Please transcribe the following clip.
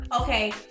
Okay